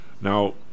Now